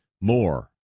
more